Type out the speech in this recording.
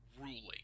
ruling